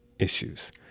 Issues